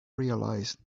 realize